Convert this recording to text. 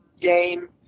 game